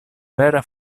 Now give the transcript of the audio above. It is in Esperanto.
vera